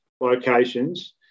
locations